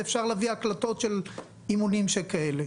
ואפשר להביא הקלטות של אימונים כאלה.